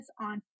on